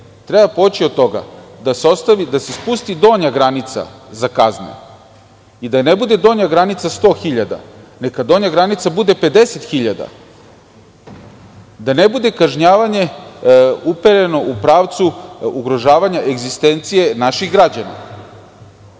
Treba poći od toga da se spusti donja granica za kazne i da ne bude donja granica 100.000 dinara, neka donja granica bude 50.000 dinara, da ne bude kažnjavanje upereno u pravcu ugrožavanja egzistencije naših građana.